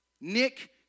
Nick